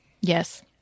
Yes